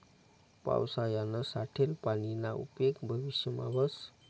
पावसायानं साठेल पानीना उपेग भविष्यमा व्हस